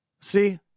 See